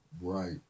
Right